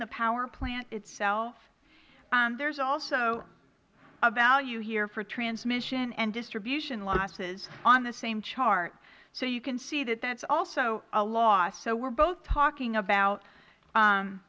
the power plant itself there is also a value here for transmission and distribution losses on the same chart so you can see that that is also a loss so we are both talking about